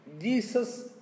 Jesus